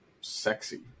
sexy